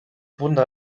wunder